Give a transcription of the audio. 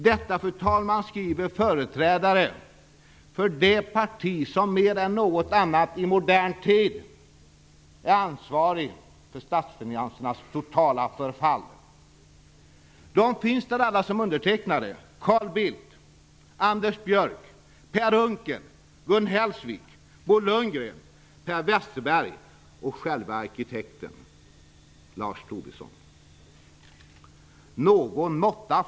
Detta, fru talman, skriver företrädare för det parti som mer än något annat i modern tid är ansvarigt för statsfinansernas totala förfall. Carl Bildt, Anders Westerberg och själve arkitekten Lars Tobisson finns alla som undertecknare.